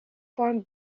form